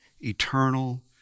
eternal